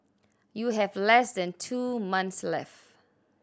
you have less than two months left